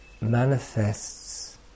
manifests